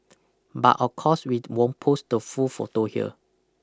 but of course we won't post the full photo here